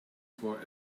for